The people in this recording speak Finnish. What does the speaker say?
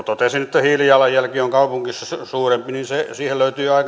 totesin että hiilijalanjälki on kaupungissa suurempi niin siihen löytyy